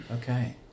okay